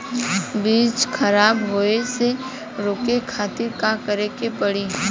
बीज खराब होए से रोके खातिर का करे के पड़ी?